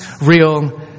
real